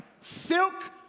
silk